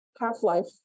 half-life